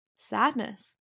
Sadness